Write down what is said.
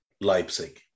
Leipzig